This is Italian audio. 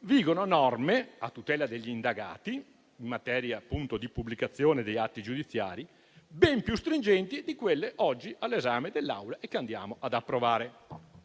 vigono norme a tutela degli indagati in materia di pubblicazione degli atti giudiziari ben più stringenti di quelle oggi all'esame dell'Assemblea e che andiamo ad approvare.